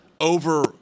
over